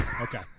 Okay